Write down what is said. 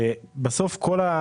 שבסוף כל זה